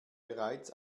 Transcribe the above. bereits